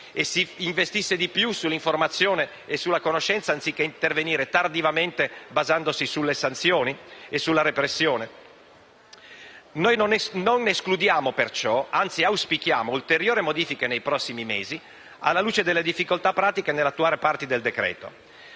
in misura maggiore sull'informazione e la conoscenza, anziché intervenire tardivamente basandosi sulle sanzioni e la repressione? Noi non escludiamo perciò e, anzi, auspichiamo ulteriori modifiche nei prossimi mesi alla luce delle difficoltà pratiche nell'attuare parti del decreto-legge.